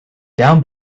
down